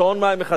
שעון מים אחד,